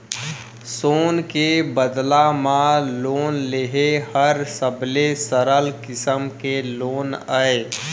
सोन के बदला म लोन लेहे हर सबले सरल किसम के लोन अय